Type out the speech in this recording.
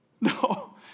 No